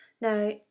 Now